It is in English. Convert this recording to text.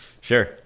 Sure